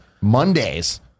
Monday's